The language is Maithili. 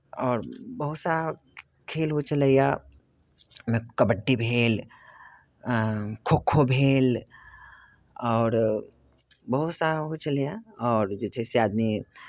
आओर बहुत सा खेल होइ छलैए ओहिमे कबड्डी भेल खोखो भेल आओर बहुत सारा होइ छलैए आओर जे छै से आदमी